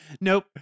nope